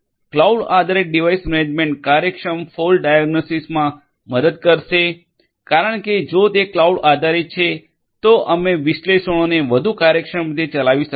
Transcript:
cloud આધારિત device management કાર્યક્ષમ fault ડાયગ્નોસ્ટિક્સમાં મદદ કરશે કારણ કે જો તે ક્લાઉડ આધારિત છે તો અમે વિશ્લેષણોને વધુ કાર્યક્ષમ રીતે ચલાવી શકશો